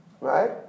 Right